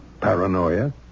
Paranoia